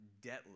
debtless